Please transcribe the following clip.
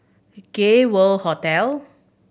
Gay World Hotel